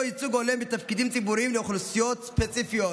ייצוג הולם בתפקידים ציבוריים לאוכלוסיות ספציפיות: